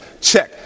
Check